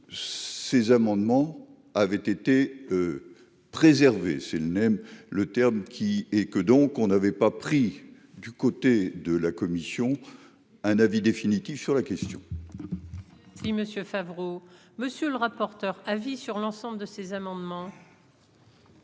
Ces amendements avaient été préservés, c'est le n'aime le terme qui et que donc on n'avait pas pris du côté de la commission un avis définitif sur la question. Oui monsieur Favreau, monsieur le rapporteur, avis sur l'ensemble de ces amendements.